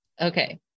Okay